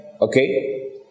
Okay